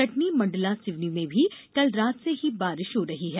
कटनी मंडला सिवनी में भी कल रात से ही बारिष हो रही है